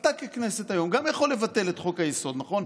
אתה ככנסת היום גם יכול לבטל את חוק-היסוד, נכון?